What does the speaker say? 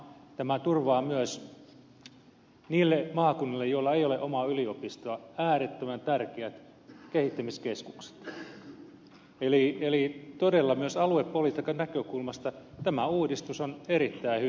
tämä turvaa myös niille maakunnille joilla ei ole omaa yliopistoa äärettömän tärkeät yliopistokeskukset eli todella myös aluepolitiikan näkökulmasta tämä uudistus on erittäin hyvä